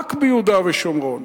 רק ביהודה ושומרון.